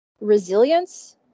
Resilience